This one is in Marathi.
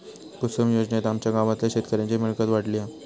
कुसूम योजनेत आमच्या गावातल्या शेतकऱ्यांची मिळकत वाढली हा